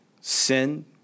sin